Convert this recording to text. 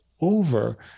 over